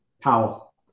powell